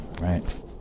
Right